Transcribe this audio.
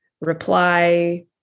reply